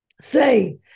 say